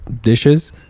dishes